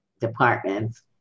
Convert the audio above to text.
departments